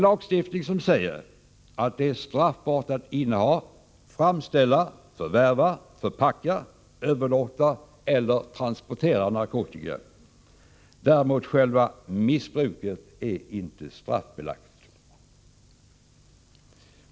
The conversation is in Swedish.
Lagen säger alltså att det är straffbart att inneha, framställa, förvärva, förpacka, överlåta eller transportera narkotika. Däremot är inte själva bruket straffbelagt.